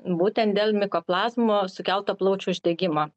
būtent dėl mikoplazmo sukelto plaučių uždegimo